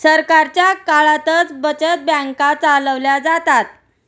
सरकारच्या काळातच बचत बँका चालवल्या जातात